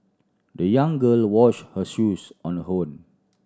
the young girl washed her shoes on her own